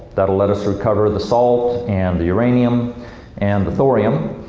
that'll let us recover the salt and the uranium and the thorium.